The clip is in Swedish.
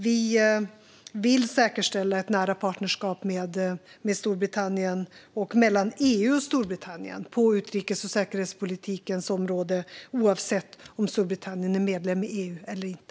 Vi vill säkerställa ett nära partnerskap med Storbritannien, och mellan EU och Storbritannien, på utrikes och säkerhetspolitikens område, oavsett om Storbritannien är medlem i EU eller inte.